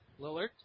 Lillard